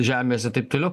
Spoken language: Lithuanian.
žemėse taip toliau